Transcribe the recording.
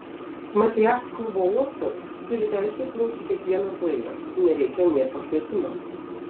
mat į jachtklubo uostą turi teisę įplaukti kiekvienas laivas nereikia nė pakvietimo